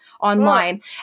online